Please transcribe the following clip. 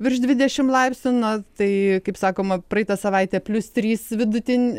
virš dvidešimt laipsnių na tai kaip sakoma praeitą savaitę plius trys vidutinė